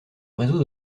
réseau